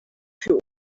für